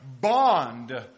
bond